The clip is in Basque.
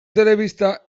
telebista